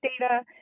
data